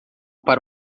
para